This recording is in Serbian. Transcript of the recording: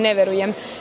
Ne verujem.